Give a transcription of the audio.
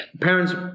parents